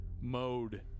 mode